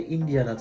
India